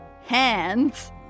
hands